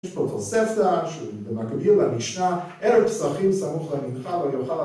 ‫יש פה תוספתא, שהוא מקביל למשנה, ערב פסחים סמוך למנחה לא יאכל אדם...